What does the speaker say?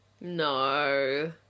No